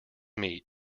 meat